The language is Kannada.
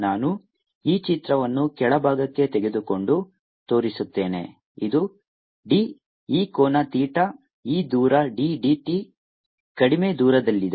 ನಾನು ಈ ಚಿತ್ರವನ್ನು ಕೆಳಭಾಗಕ್ಕೆ ತೆಗೆದುಕೊಂಡು ತೋರಿಸುತ್ತೇನೆ ಇದು d ಈ ಕೋನ ಥೀಟಾ ಈ ದೂರ d t ಕಡಿಮೆ ದೂರದಲ್ಲಿದೆ